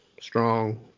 strong